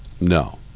No